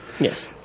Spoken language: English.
Yes